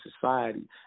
society